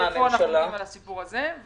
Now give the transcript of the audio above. איפה אנחנו בסיפור הזה.